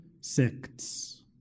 sects